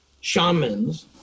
shamans